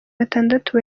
batandatu